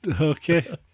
Okay